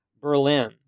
Berlin